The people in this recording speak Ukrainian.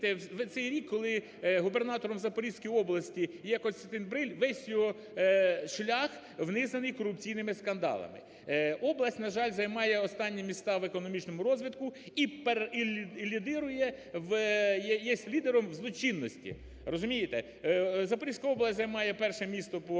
цей рік, коли губернатором в Запорізькій області є Костянтин Бриль, весь його шлях унизаний корупційними скандалами. Область, на жаль, займає останні міста і економічному розвитку, і лідирує, є лідером злочинності. Розумієте? Запорізька область займає перше місто по